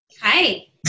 Hi